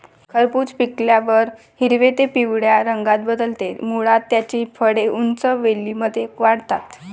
खरबूज पिकल्यावर हिरव्या ते पिवळ्या रंगात बदलते, मुळात त्याची फळे उंच वेलींमध्ये वाढतात